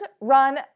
run